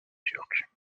turque